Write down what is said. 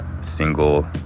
single